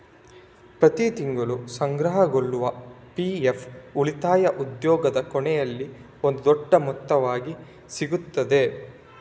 ಪ್ರತಿ ತಿಂಗಳು ಸಂಗ್ರಹಗೊಳ್ಳುವ ಪಿ.ಎಫ್ ಉಳಿತಾಯ ಉದ್ಯೋಗದ ಕೊನೆಯಲ್ಲಿ ಒಂದು ದೊಡ್ಡ ಮೊತ್ತವಾಗಿ ಸಿಗ್ತದೆ